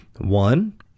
One